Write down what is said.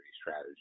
strategy